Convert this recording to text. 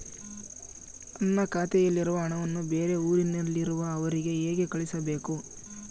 ನನ್ನ ಖಾತೆಯಲ್ಲಿರುವ ಹಣವನ್ನು ಬೇರೆ ಊರಿನಲ್ಲಿರುವ ಅವರಿಗೆ ಹೇಗೆ ಕಳಿಸಬೇಕು?